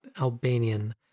Albanian